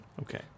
Okay